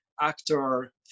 actor